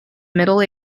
middle